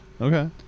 okay